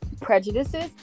prejudices